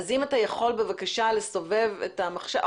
מסור שיקול הדעת המקצועי ואנחנו חושבים שהעמדה